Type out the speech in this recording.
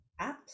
apps